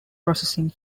processing